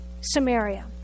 Samaria